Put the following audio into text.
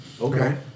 Okay